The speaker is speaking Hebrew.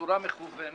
בצורה מכוונת,